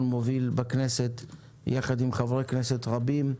טל מוביל בכנסת ביחד עם חברי כנסת רבים,